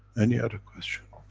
any other question?